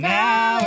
now